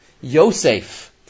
Yosef